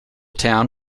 town